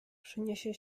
przyniesie